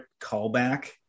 callback